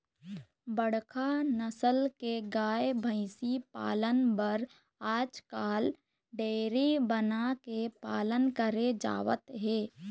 बड़का नसल के गाय, भइसी पालन बर आजकाल डेयरी बना के पालन करे जावत हे